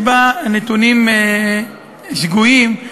יש בה נתונים שגויים,